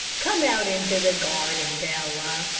come out into the garden, bella,